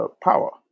power